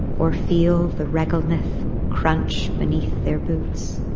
or feel the regolith crunch underneath their boots.